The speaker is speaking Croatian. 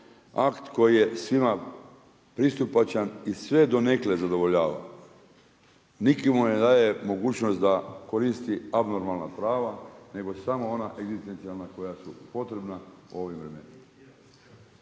Akt koji je svima pristupačan i sve donekle zadovoljava. Nitko mu ne daje mogućnost da koristi abnormalna prava, nego samo ona egzistencijalna koja su potreba u ovim vremenima.